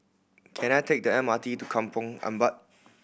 can I take the M R T to Kampong Ampat